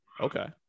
Okay